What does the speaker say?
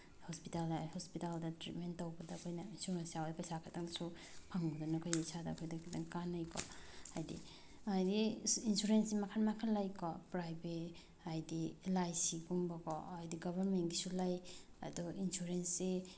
hospital ꯍꯥꯏꯔ ꯍꯣꯁꯄꯤꯇꯥꯜꯗ treatment ꯇꯧꯕꯗ ꯑꯩꯈꯣꯏꯅ ꯏꯟꯁꯨꯔꯦꯟꯁ ꯌꯥꯎꯔ ꯄꯩꯁꯥ ꯈꯤꯇꯪꯗꯁꯨ ꯐꯪꯕꯗꯨꯅ ꯑꯩꯈꯣꯏ ꯏꯁꯥꯗ ꯑꯩꯈꯣꯏꯗ ꯈꯤꯇꯪ ꯀꯥꯟꯅꯩꯀꯣ ꯍꯥꯏꯗꯤ ꯍꯥꯏꯗꯤ ꯏꯟꯁꯨꯔꯦꯟꯁꯁꯤ ꯃꯈꯟ ꯃꯈꯟ ꯂꯩꯀꯣ ꯄ꯭ꯔꯥꯏꯚꯦꯠ ꯍꯥꯏꯗꯤ ꯑꯦꯜ ꯂꯥꯏ ꯁꯤꯒꯨꯝꯕꯀꯣ ꯍꯥꯏꯗꯤ ꯒꯕꯔꯃꯦꯟꯒꯤꯁꯨ ꯂꯩ ꯑꯗꯨ ꯏꯟꯁꯨꯔꯦꯟꯁꯁꯤ